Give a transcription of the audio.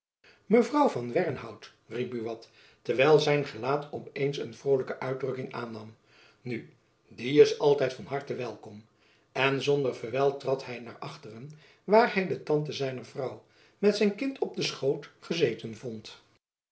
mevrouw van wernhout riep buat terwijl zijn gelaat op eens een vrolijke uitdrukking aannam nu die is altijd van harte welkom en zonder verwijl trad hy naar achteren waar hy de tante zijner vrouw met zijn kind op den schoot gezeten vond